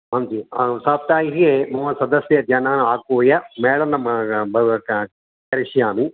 आं जि अहं साप्ताहे मम सदस्यजनाः आहूय मेलनं करिष्यामि